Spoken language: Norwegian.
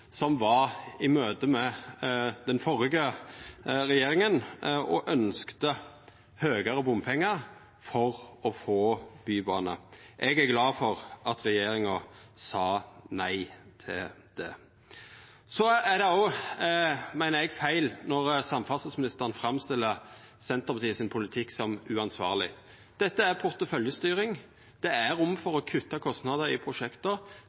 var i møte med den førre regjeringa og ønskte høgare bompengar for å få bybane. Eg er glad for at regjeringa sa nei til det. Så er det òg, meiner eg, feil når samferdselsministeren framstiller Senterpartiets politikk som uansvarleg. Dette er porteføljestyring. Det er rom for å kutta kostnader i